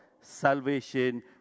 salvation